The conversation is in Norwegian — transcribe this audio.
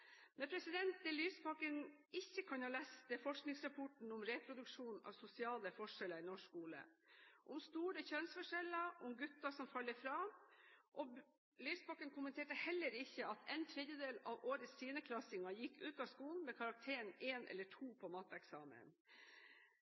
Men det Lysbakken ikke kan ha lest, er forskningsrapporten om reproduksjon av sosiale forskjeller i norsk skole, om store kjønnsforskjeller, om gutter som faller fra. Lysbakken kommenterte heller ikke at en tredjedel av årets 10.-klassinger gikk ut av skolen med karakteren 1 eller